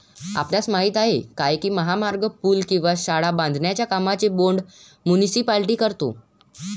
आपणास माहित आहे काय की महामार्ग, पूल किंवा शाळा बांधण्याच्या कामांचे बोंड मुनीसिपालिटी करतो?